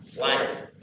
life